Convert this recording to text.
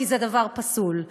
כי זה דבר פסול.